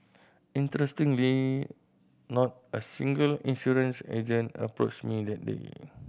interestingly not a single insurance agent approached me that day